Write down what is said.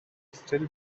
still